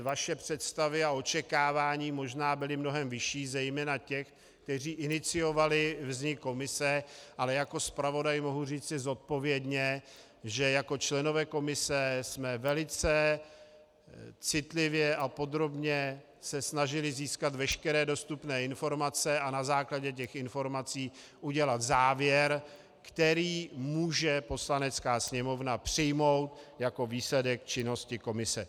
Vaše představy a očekávání možná byly mnohem vyšší, zejména těch, kteří iniciovali vznik komise, ale jako zpravodaj mohu říci zodpovědně, že se jako členové komise jsme velice citlivě a podrobně snažili získat veškeré dostupné informace a na základě těch informací udělat závěr, který může Poslanecká sněmovna přijmout jako výsledek činnosti komise.